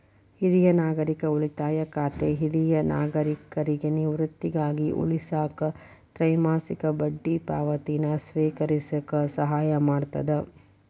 ಹಿರಿಯ ನಾಗರಿಕರ ಉಳಿತಾಯ ಖಾತೆ ಹಿರಿಯ ನಾಗರಿಕರಿಗಿ ನಿವೃತ್ತಿಗಾಗಿ ಉಳಿಸಾಕ ತ್ರೈಮಾಸಿಕ ಬಡ್ಡಿ ಪಾವತಿನ ಸ್ವೇಕರಿಸಕ ಸಹಾಯ ಮಾಡ್ತದ